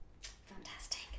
Fantastic